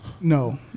No